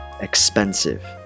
Expensive